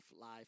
life